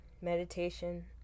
meditation